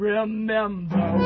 Remember